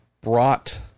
brought